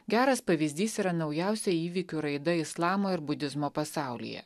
geras pavyzdys yra naujausia įvykių raida islamo ir budizmo pasaulyje